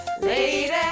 Lady